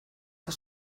que